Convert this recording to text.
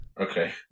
Okay